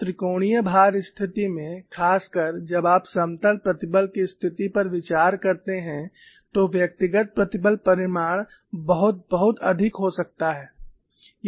एक त्रिकोणीय भार स्थिति में खासकर जब आप समतल प्रतिबल की स्थिति पर विचार करते हैं तो व्यक्तिगत प्रतिबल परिमाण बहुत बहुत अधिक हो सकता है